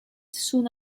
soon